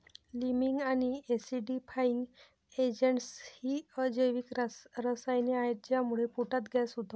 liming आणि acidifying agents ही अजैविक रसायने आहेत ज्यामुळे पोटात गॅस होतो